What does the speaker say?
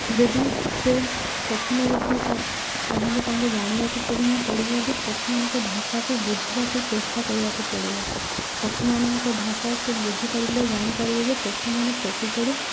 ଯଦି ସେ ପକ୍ଷୀ ନିରୀକ୍ଷକ ତାହେଲେ ତାଙ୍କୁ ଜାଣିବାକୁ ପ୍ରଥମେ ପଡ଼ିବ ଯେ ପକ୍ଷୀମାନଙ୍କ ଭାଷାକୁ ବୁଝିବାକୁ ଚେଷ୍ଟା କରିବାକୁ ପଡ଼ିବ ପକ୍ଷୀମାନଙ୍କ ଭାଷା ସେ ବୁଝିପାରିଲେ ଜାଣିପାରିବେ ଯେ ପକ୍ଷୀମାନେ ପ୍ରକୃତରେ